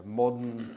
modern